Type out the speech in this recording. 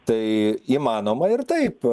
tai įmanoma ir taip